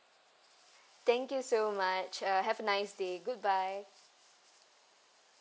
thank you so much uh have a nice day goodbye